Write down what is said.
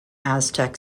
aztec